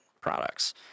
products